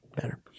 Better